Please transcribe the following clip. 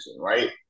right